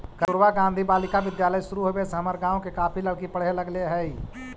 कस्तूरबा गांधी बालिका विद्यालय शुरू होवे से हमर गाँव के काफी लड़की पढ़े लगले हइ